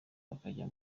bakajya